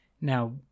Now